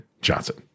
Johnson